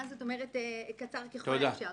מה זאת אומרת "קצר ככל האפשר"?